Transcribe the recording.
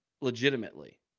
legitimately